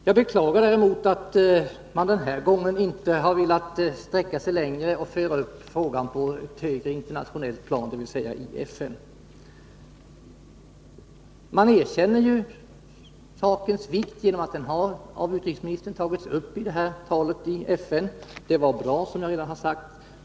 Jag beklagar däremot att man den här gången inte har velat sträcka sig längre och föra upp frågan på ett högre internationellt plan, dvs. i FN. Man erkänner ju sakens vikt genom att utrikesministern tog upp frågan i sitt tal i FN. Det var bra, som jag redan har sagt.